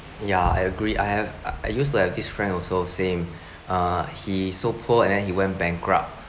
ya I agree I have I I used to have this friend also same uh he's so poor and then he went bankrupt